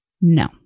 No